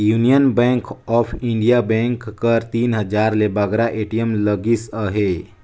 union Bank of India bank कर तीन हजार ले बगरा ए.टी.एम लगिस अहे